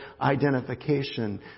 identification